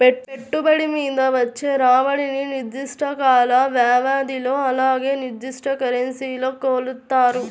పెట్టుబడి మీద వచ్చే రాబడిని నిర్దిష్ట కాల వ్యవధిలో అలానే నిర్దిష్ట కరెన్సీలో కొలుత్తారు